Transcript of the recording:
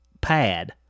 pad